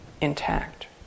intact